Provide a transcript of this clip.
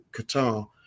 Qatar